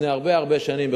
לפני הרבה הרבה שנים,